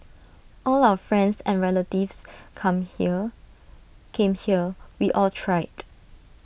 all our friends and relatives come here came here we all tried